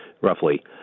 roughly